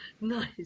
Nice